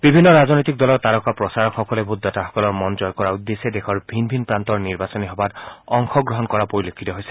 বিভিন্ন ৰাজনৈতিক দলৰ তাৰকা প্ৰচাৰক সকলে ভোটদাতাসকলৰ মন জয় কৰাৰ উদ্দেশ্যে দেশৰ ভিন ভিন প্ৰান্তৰ নিৰ্বাচনী সভাত অংশগ্ৰহণ কৰা পৰিলক্ষিত হৈছে